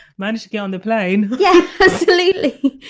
managed to get on the plane yeah absolutely,